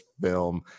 film